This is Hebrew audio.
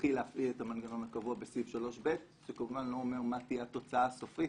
להתחיל להפעיל את המנגנון הקבוע בסעיף 3ב. זה כמובן לא אומר מה תהיה התוצאה הסופית,